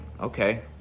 okay